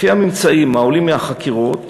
לפי הממצאים העולים מהחקירות